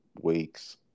weeks